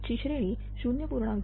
Tt ची श्रेणी 0